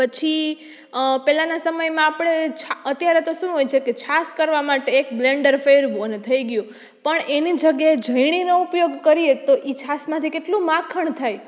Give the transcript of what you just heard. પછી પેલાના સમયમાં આપણે છાસ અત્યારે તો શું હોય છેકે છાસ કરવા માટે એક બ્લેન્ડર ફેરવો અને થઈ ગ્યું પણ એની જગ્યાએ ઝેણીનો ઉપયોગ કરીએ તો ઈ છાસમાંથી કેટલું માખણ થાય